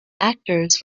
actors